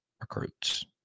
recruits